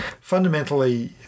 fundamentally